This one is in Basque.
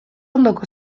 ondoko